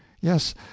Yes